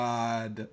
God